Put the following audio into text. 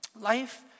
life